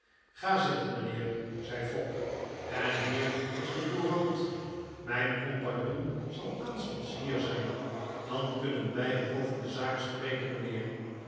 ga zitten mijnheer zei fogg en hier is de courant mijn compagnon zal aanstonds hier zijn dan kunnen wij over de zaak spreken mijnheer